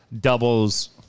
doubles